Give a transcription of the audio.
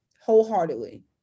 wholeheartedly